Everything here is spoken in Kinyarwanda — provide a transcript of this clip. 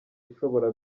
ishobora